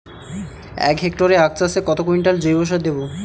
এক হেক্টরে আখ চাষে কত কুইন্টাল জৈবসার দেবো?